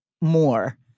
more